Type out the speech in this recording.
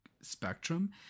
spectrum